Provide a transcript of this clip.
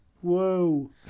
Whoa